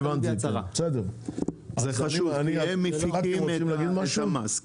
זה חשוב, כי הם מפיקים את המס.